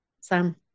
Sam